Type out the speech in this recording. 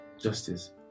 justice